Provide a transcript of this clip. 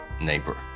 neighbor